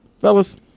fellas